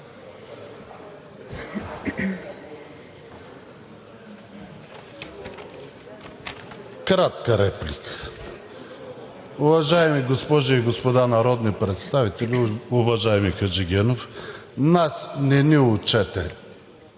Кратка реплика. Уважаеми госпожи и господа народни представители! Уважаеми Хаджигенов, нас не ни учете